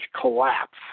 Collapse